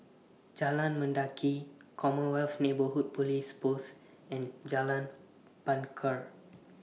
Jalan Mendaki Commonwealth Neighbourhood Police Post and Jalan Bungar